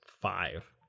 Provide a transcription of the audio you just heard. five